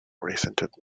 resented